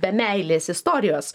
be meilės istorijos